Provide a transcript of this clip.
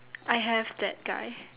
I have that guy